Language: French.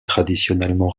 traditionnellement